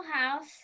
house